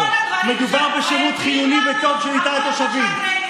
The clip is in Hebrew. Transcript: מדובר בשירות חיוני וטוב שניתן לתושבים.